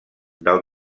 del